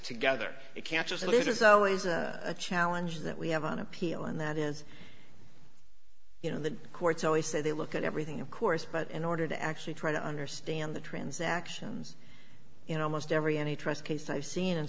together it can't just leave it as a challenge that we have on appeal and that is you know the courts always say they look at everything of course but in order to actually try to understand the transactions in almost every any trust case i've seen and